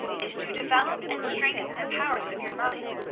is to develop and strengthen the powers of your mind.